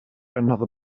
another